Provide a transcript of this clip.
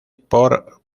por